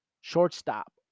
shortstop